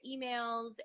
emails